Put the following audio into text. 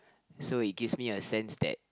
so it gives me a sense that